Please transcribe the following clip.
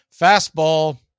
Fastball